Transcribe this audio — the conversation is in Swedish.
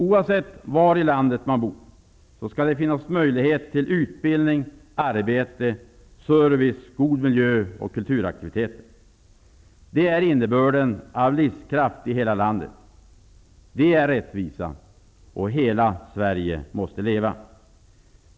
Oavsett var i landet man bor skall det finnas möjligheter till utbildning, arbete, service, god miljö och kulturaktiviteter. Det är innebörden av begreppet livskraft i hela landet; det är rättvisa. Hela Sverige måste leva!